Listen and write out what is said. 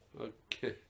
Okay